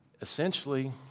Essentially